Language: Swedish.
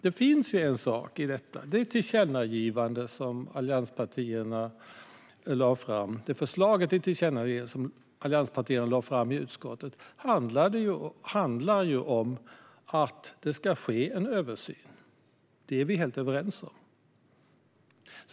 Det förslag till tillkännagivande som allianspartierna lade fram i utskottet handlar ju om att det ska ske en översyn, och det är vi helt överens om.